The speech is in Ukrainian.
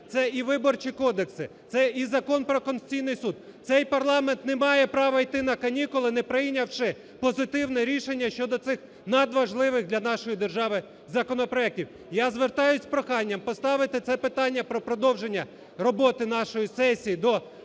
це і виборчі кодекси, це і Закон про Конституційний Суд. Цей парламент не має права йти на канікули, не прийнявши позитивне рішення щодо цих надважливих для нашої держави законопроектів. Я звертаюсь з проханням поставити це питання про продовження роботи нашої сесії до вирішення